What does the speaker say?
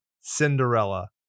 Cinderella